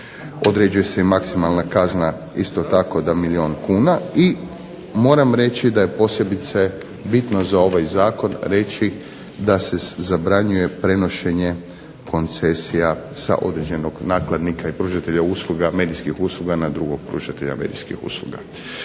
Određuje se maksimalna kazna isto tako do milijun kuna, i moram reći da je posebice bitno za ovaj zakon reći da se zabranjuje prenošenje koncesija sa određenog nakladnika i pružatelja usluga, medijskih usluga na drugog pružatelja medijskih usluga.